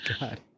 God